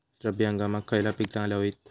रब्बी हंगामाक खयला पीक चांगला होईत?